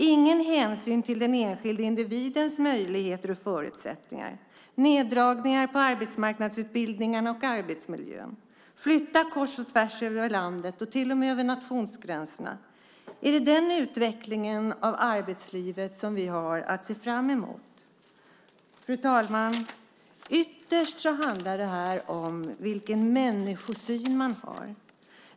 Ingen hänsyn till den enskilde individens möjligheter och förutsättningar, neddragningar på arbetsmarknadsutbildningarna och arbetsmiljön och flyttningar kors och tvärs över landet och till och med över nationsgränserna - är det den utvecklingen av arbetslivet som vi har att se fram emot? Fru talman! Ytterst handlar detta om vilken människosyn man har.